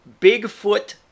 Bigfoot